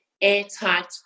airtight